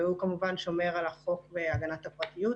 וכמובן שומר על החוק ועל הגנת הפרטיות,